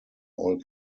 all